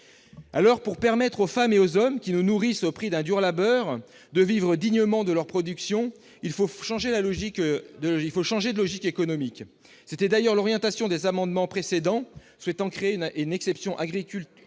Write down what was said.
Aussi, pour permettre aux femmes et aux hommes qui nous nourrissent au prix d'un dur labeur de vivre dignement de leurs productions, il faut changer de logique économique. C'était d'ailleurs l'orientation des amendements tendant à insérer un article